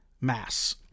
mass